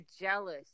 jealous